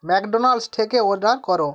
McDonald's থেকে order কর